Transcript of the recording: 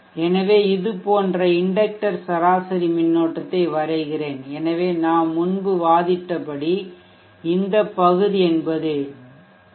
எனவே இது போன்ற இண்டக்டர் சராசரி மின்னோட்டத்தை வரைகிறேன் எனவே நாம் முன்பு வாதிட்டபடி இந்த பகுதி என்பது டி